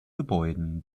gebäuden